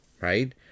right